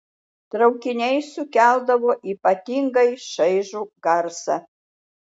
traukiniai sukeldavo ypatingai šaižų garsą